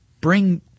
bring